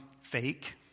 fake